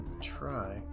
try